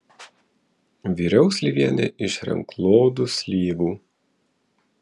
viriau slyvienę iš renklodų slyvų